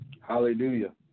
Hallelujah